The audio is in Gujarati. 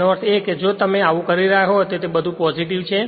તેનો અર્થ એ છે કે જો તે તમે આવું કરી રહ્યા હોય તો તે બધું જ પોજીટીવ છે